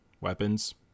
weapons